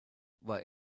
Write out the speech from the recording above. war